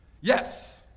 Yes